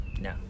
No